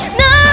no